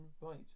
right